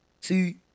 See